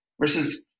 versus